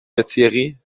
lethierry